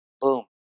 Boom